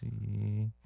see